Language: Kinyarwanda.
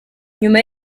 nyuma